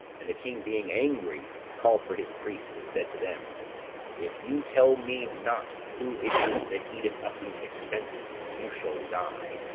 and the king being angry, called for his priests, and said to them if you tell me not who it is that eateth up these expenses, you shall die.